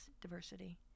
diversity